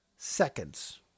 Seconds